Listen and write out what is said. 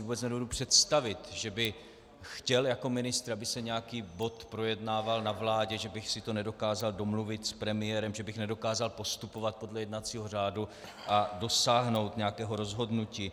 Vůbec si nedovedu představit, že bych chtěl jako ministr, aby se nějaký bod projednával na vládě, a že bych si to nedokázal domluvit s premiérem, že bych nedokázal postupovat podle jednacího řádu a dosáhnout nějakého rozhodnutí.